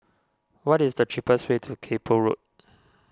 what is the cheapest way to Kay Poh Road